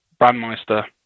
Brandmeister